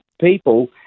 people